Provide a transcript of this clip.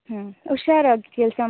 ಹ್ಞೂ ಹುಷಾರಾಗ್ ಕೆಲಸ